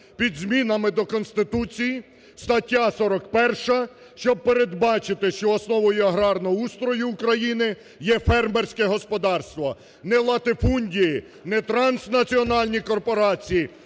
під змінами до Конституції (стаття 41), щоб передбачити, що основою аграрного устрою України є фермерське господарство, не латифундії, не транснаціональні корпорації,